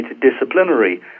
disciplinary